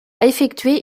effectué